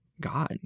god